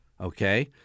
okay